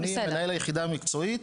אני מנהל היחידה המקצועית,